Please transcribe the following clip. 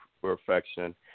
perfection